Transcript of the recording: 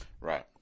Right